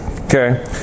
Okay